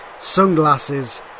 sunglasses